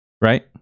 Right